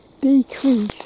decrease